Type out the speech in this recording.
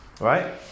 right